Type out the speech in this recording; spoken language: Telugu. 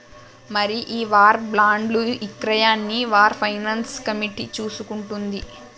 మరి ఈ వార్ బాండ్లు ఇక్రయాన్ని వార్ ఫైనాన్స్ కమిటీ చూసుకుంటుంది